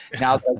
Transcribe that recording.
Now